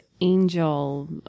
angel